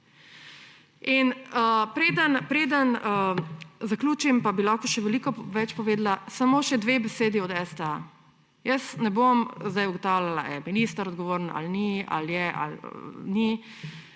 Preden zaključim, pa bi lahko še veliko več povedala, samo še dve besedi o STA. Jaz ne bom zdaj ugotavljala, ali je minister odgovoren ali ni, ali je ali ni.